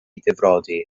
difrodi